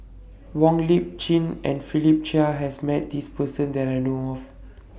Wong Lip Chin and Philip Chia has Met This Person that I know of